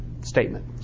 statement